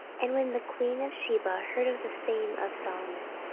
and when the queen of sheba heard of the fame of solomon,